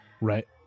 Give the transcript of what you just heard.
Right